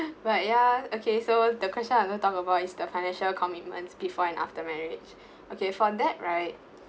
but ya okay so the question I'm going to talk about is the financial commitments before and after marriage okay for that right